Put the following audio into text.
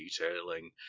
detailing